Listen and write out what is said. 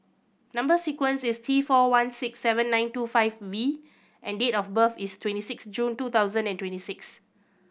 number sequence is T four one six seven nine two five V and date of birth is twenty six June two thousand and twenty six